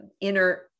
inner